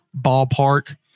ballpark